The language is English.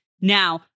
Now